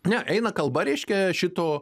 ne eina kalba reiškia šito